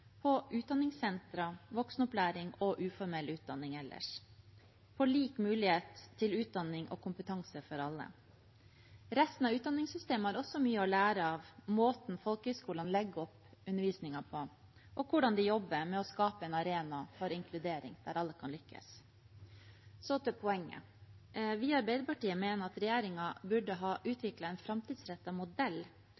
på folkehøyskolene, på utdanningssentrene, voksenopplæring og uformell utdanning ellers, og på lik mulighet til utdanning og kompetanse for alle. Resten av utdanningssystemet har også mye å lære av måten folkehøyskolene legger opp undervisningen på, og hvordan de jobber med å skape en arena for inkludering der alle kan lykkes. Så til poenget: Vi i Arbeiderpartiet mener at regjeringen burde ha